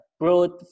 broad